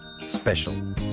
special